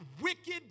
wicked